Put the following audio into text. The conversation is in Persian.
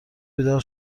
بیدار